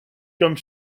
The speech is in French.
comme